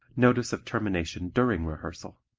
notice of termination during rehearsal